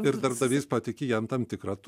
ir darbdavys patiki jam tam tikrą